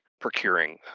procuring